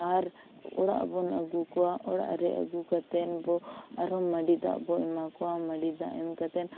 ᱟᱨ ᱚᱲᱟᱜ ᱵᱚᱱ ᱟᱹᱜᱩ ᱠᱚᱣᱟ ᱚᱲᱟᱜ ᱨᱮ ᱟᱹᱜᱩ ᱠᱟᱛᱮᱱ ᱵᱚ ᱟᱨᱦᱚᱸ ᱢᱟᱹᱰᱤ ᱫᱟᱜ ᱵᱚ ᱮᱢᱟᱠᱚᱣᱟ ᱢᱟᱹᱰᱤ ᱫᱟᱜ ᱮᱢ ᱠᱟᱛᱮᱱ